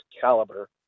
caliber